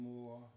more